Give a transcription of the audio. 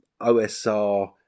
OSR